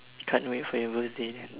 can't wait for your birthday then